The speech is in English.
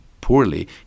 poorly